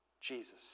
Jesus